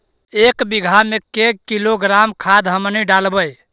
एक बीघा मे के किलोग्राम खाद हमनि डालबाय?